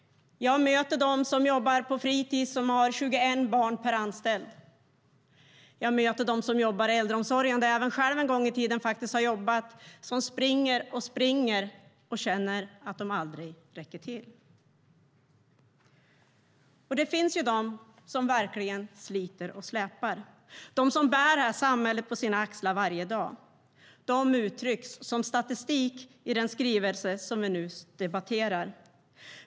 Jag möter dem som jobbar på fritis som har 21 barn per anställd. Jag möter dem som jobbar i äldreomsorgen, där jag själv en gång i tiden har jobbat, som springer och springer och känner att de aldrig räcker till. Det finns de som verkligen sliter och släpar, de som bär samhället på sina axlar varje dag. De uttrycks som statistik i den skrivelse som vi nu debatterar.